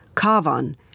Kavan